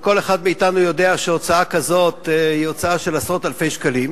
וכל אחד מאתנו יודע שהוצאה כזאת היא הוצאה של עשרות אלפי שקלים,